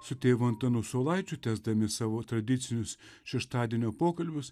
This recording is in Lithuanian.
su tėvu antanu saulaičiu tęsdami savo tradicinius šeštadienio pokalbius